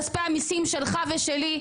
כספי המיסים שלך ושלי,